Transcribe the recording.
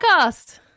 podcast